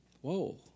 Whoa